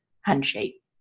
handshake